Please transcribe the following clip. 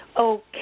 okay